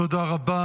תודה רבה.